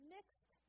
Mixed